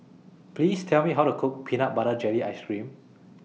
Please Tell Me How to Cook Peanut Butter Jelly Ice Cream